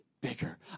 bigger